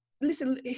listen